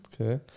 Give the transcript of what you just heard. Okay